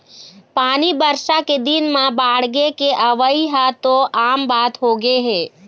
पानी बरसा के दिन म बाड़गे के अवइ ह तो आम बात होगे हे